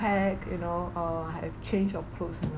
pack you know uh have change of clothes you know